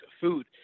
food